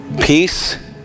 peace